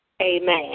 Amen